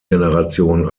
generation